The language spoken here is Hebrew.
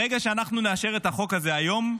ברגע שנאשר את החוק הזה היום,